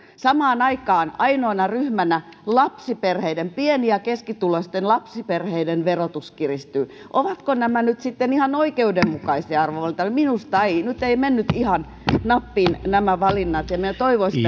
samaan aikaan ainoana ryhmänä lapsiperheiden pieni ja keskituloisten lapsiperheiden verotus kiristyy ovatko nämä nyt sitten ihan oikeudenmukaisia arvovalintoja minusta eivät nyt eivät menneet ihan nappiin nämä valinnat ja minä toivoisin